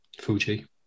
Fuji